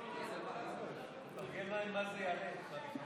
של חבר הכנסת אוריאל בוסו לפני סעיף 1